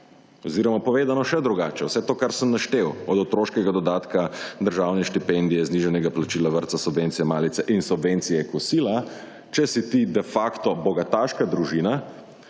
Oziroma povedano še drugače, vse to kar sem naštel, od otroškega dodatka, državne štipendije, znižanega plačila vrtca, subvencije, malice in subvencije kosila, če si ti de facto bogataška družina,